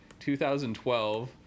2012